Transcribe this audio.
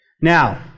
Now